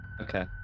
Okay